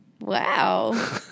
Wow